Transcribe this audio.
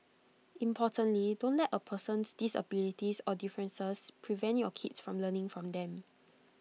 importantly don't let A person's disabilities or differences prevent your kids from learning from them